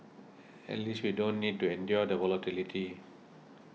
at least we don't need to endure the volatility